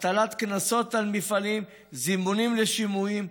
הטלת קנסות על מפעלים וזימונים לשימועים.